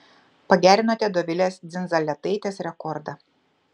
pagerinote dovilės dzindzaletaitės rekordą